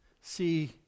see